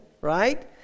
Right